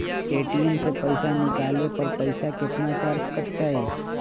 ATM से पईसा निकाले पर पईसा केतना चार्ज कटतई?